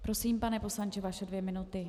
Prosím, pane poslanče, vaše dvě minuty.